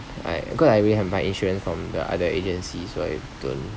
I cause I already have my insurance from the other agencies so I don't